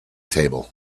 table